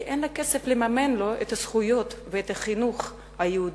כי אין לה כסף לממן לו את הזכויות ואת החינוך היהודי.